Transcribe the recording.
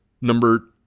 Number